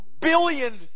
billion